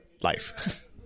life